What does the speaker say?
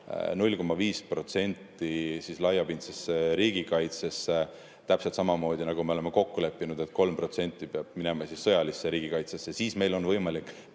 0,5% laiapindsesse riigikaitsesse. Täpselt samamoodi, nagu me oleme kokku leppinud, et 3% peab minema sõjalisse riigikaitsesse. Siis meil on võimalik